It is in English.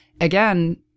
again